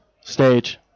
stage